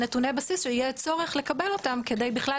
אלו נתוני בסיס שיהיה צורך לקבל אותם כדי בכלל